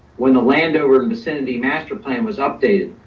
when the landover and vicinity master plan was updated,